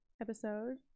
episode